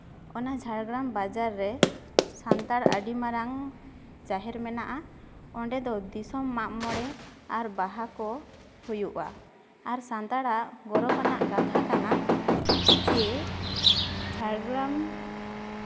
ᱚᱱᱟ ᱡᱷᱟᱲᱜᱨᱟᱢ ᱵᱟᱡᱟᱨ ᱨᱮ ᱥᱟᱱᱛᱟᱲ ᱟᱹᱰᱤ ᱢᱟᱨᱟᱝ ᱡᱟᱦᱮᱨ ᱢᱮᱱᱟᱜᱼᱟ ᱚᱸᱰᱮ ᱫᱚ ᱫᱤᱥᱚᱢ ᱢᱟᱜ ᱢᱚᱬᱮ ᱟᱨ ᱵᱟᱦᱟ ᱠᱚ ᱦᱩᱭᱩᱜᱼᱟ ᱟᱨ ᱥᱟᱱᱛᱟᱲᱟᱜ ᱜᱚᱨᱚᱵᱽ ᱟᱱᱟᱜ ᱠᱟᱛᱷᱟ ᱠᱟᱱᱟ ᱡᱮ ᱡᱷᱟᱲᱜᱨᱟᱢ